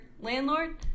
landlord